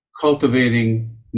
cultivating